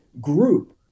group